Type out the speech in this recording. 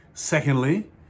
Secondly